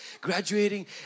graduating